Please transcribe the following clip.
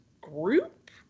group